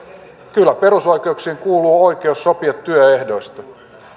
kyllä perusoikeuksiin kuuluu oikeus sopia työehdoista